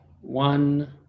One